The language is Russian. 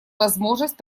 возможность